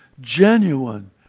genuine